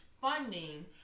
funding